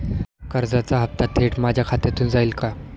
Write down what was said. कर्जाचा हप्ता थेट माझ्या खात्यामधून जाईल का?